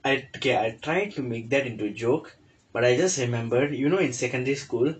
I okay I try to make that into a joke but I just remembered you know in secondary school